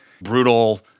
brutal